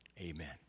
amen